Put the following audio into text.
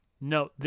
No